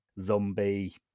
zombie